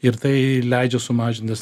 ir tai leidžia sumažinti